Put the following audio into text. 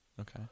Okay